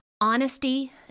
honesty